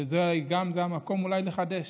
וזה גם המקום אולי לחדש.